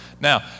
Now